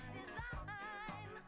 design